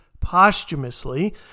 posthumously